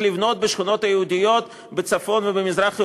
לבנות בשכונות היהודיות בצפון ובמזרח ירושלים.